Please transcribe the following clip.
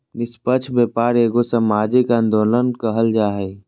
निस्पक्ष व्यापार एगो सामाजिक आंदोलन कहल जा हइ